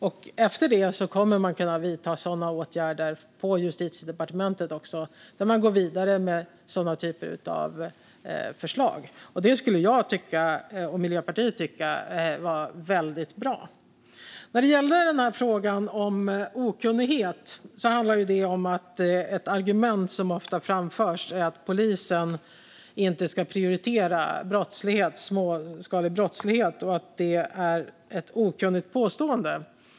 Därefter kommer man att kunna vidta sådana åtgärder på Justitiedepartementet och gå vidare med sådana typer av förslag. Det skulle jag och Miljöpartiet tycka vore väldigt bra. När det gäller frågan om okunnighet handlar det om att ett argument som ofta framförs är att polisen inte ska prioritera småskalig brottslighet och att detta är ett okunnigt påstående.